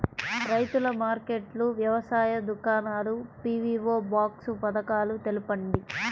రైతుల మార్కెట్లు, వ్యవసాయ దుకాణాలు, పీ.వీ.ఓ బాక్స్ పథకాలు తెలుపండి?